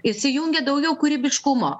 įsijungia daugiau kūrybiškumo